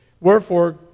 Wherefore